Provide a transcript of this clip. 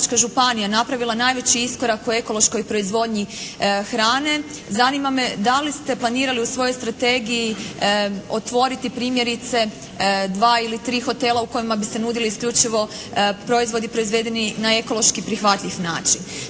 županija napravila najveći iskorak u ekološkoj proizvodnji hrane zanima me da li ste planirali u svojoj strategiji otvoriti primjerice dva ili tri hotela u kojima bi se nudili isključivo proizvodi proizvedeni na ekološko prihvatljiv način.